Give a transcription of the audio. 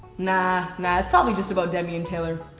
nah, nah, it's probably just about demi and taylor.